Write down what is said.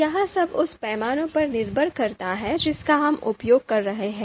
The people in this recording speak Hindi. यह सब उस पैमाने पर निर्भर करता है जिसका हम उपयोग कर रहे हैं